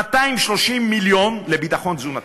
230 מיליון לביטחון תזונתי.